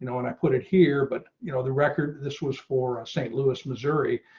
know, and i put it here but you know the record. this was for st. louis, missouri,